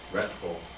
restful